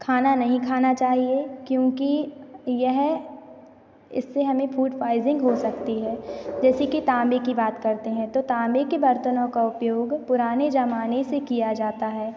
खाना नहीं खाना चाहिए क्योंकि यह इससे हमें फूड पाइज़िंग हो सकती है जैसे कि तांबे की बात करते हैं तो तांबे के बर्तनों का उपयोग पुराने ज़माने से किया जाता है